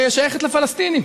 שייכת לפלסטינים.